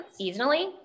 seasonally